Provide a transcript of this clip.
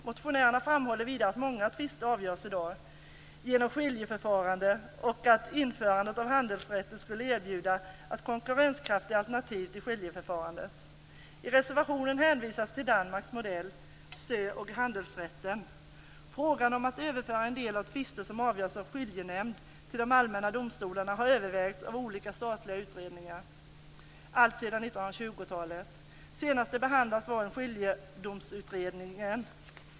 Motionärerna framhåller vidare att många tvister i dag avgörs genom skiljeförfarande, och att införandet av handelsrätter skulle erbjuda ett konkurrenskraftigt alternativ till skiljeförfarande. I reservationen hänvisas till Danmarks modell Sö og Handelsrätten. Frågan om att överföra en del av de tvister som avgörs av skiljenämnd till de allmänna domstolarna har övervägts av olika statliga utredningar alltsedan Senast de behandlades var av Skiljedomsutredningen.